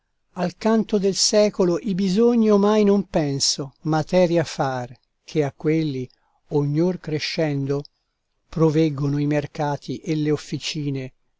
al canto del secolo i bisogni omai non penso materia far che a quelli ognor crescendo provveggono i mercati e le officine